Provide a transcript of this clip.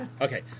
Okay